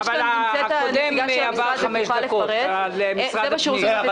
על הקודם עברו חמש דקות, על משרד הפנים.